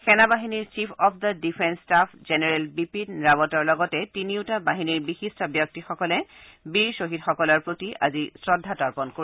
সেনাবাহিনীৰ chief of the defence staff general Bipin ৰাৱটৰ লগতে তিনিওটা বাহিনীৰ বিশিষ্ট ব্যক্তিসকলে বীৰ স্বহীদসকলৰ প্ৰতি শ্ৰদ্ধা তৰ্পন কৰিব